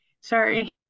sorry